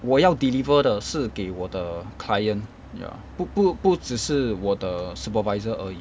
我要 deliver 的是给我的 client ya 不不不只是我的 supervisor 而已